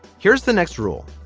here's the next rule.